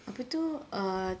apa tu err